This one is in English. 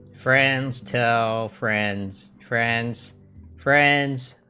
friends tell friends friend's friends